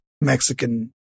Mexican